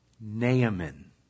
Naaman